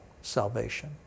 salvation